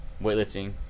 weightlifting